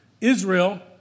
Israel